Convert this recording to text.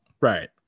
Right